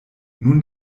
nun